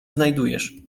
znajdujesz